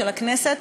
של הכנסת,